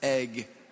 egg